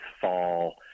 fall